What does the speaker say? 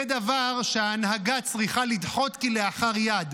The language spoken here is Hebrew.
זה דבר שההנהגה צריכה לדחות כלאחר יד,